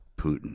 Putin